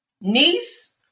niece